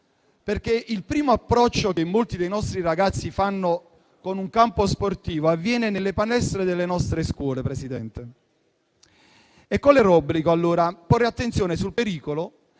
perché il primo approccio che molti dei nostri ragazzi hanno con un campo sportivo avviene nelle palestre delle nostre scuole. Corre l'obbligo allora di porre attenzione al pericolo